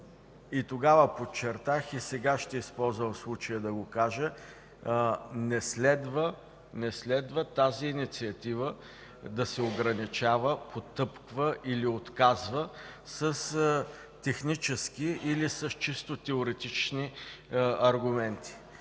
Тогава подчертах, а и сега ще използвам случая да кажа, че не следва тази инициатива да се ограничава, потъпква или отказва с технически или чисто теоретични аргументи.